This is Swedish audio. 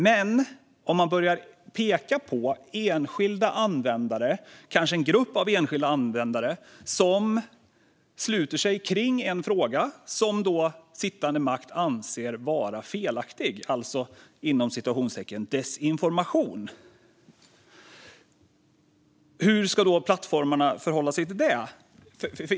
Men låt oss säga att man börjar peka på enskilda användare, kanske en grupp av enskilda användare, som sluter sig kring en fråga som sittande makt anser vara felaktig, alltså "desinformation"! Hur ska plattformarna förhålla sig till det?